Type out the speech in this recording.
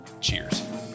Cheers